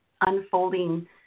unfolding